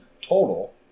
total